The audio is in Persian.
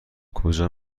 کجا